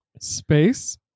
space